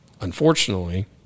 unfortunately